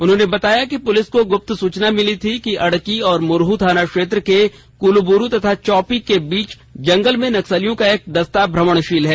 उन्होंने बताया कि पुलिस को गुप्त सुचना मिली थी कि अड़की और मुरह थाना क्षेत्र के क्लब्रु तथा चौपी के बीच जंगल में नक्सलियों का एक दस्ता भ्रमणशील है